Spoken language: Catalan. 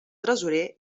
tresorer